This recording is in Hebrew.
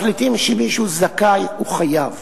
מחליטים שמישהו זכאי, הוא חייב,